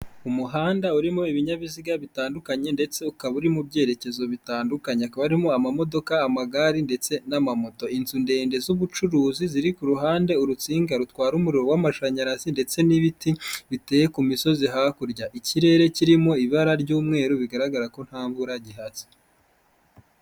Umuhanda urimo ibinyabiziga bitandukanye ndetse ukaba uri mu byerekezo bitandukanye, hakaba harimo amamodoka, amagare ndetse n'amamoto. Inzu ndende z'ubucuruzi ziri ku ruhande, urutsinga rutwara umuriro w'amashanyarazi ndetse n'ibiti biteye ku misozi hakurya, ikirere kirimo ibara ry'umweru bigaragara ko nta mvura gihatse.